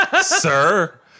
sir